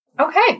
Okay